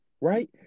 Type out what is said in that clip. right